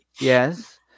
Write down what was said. Yes